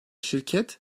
şirket